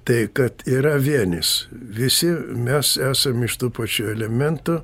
tai kad yra vienis visi mes esam iš tų pačių elementų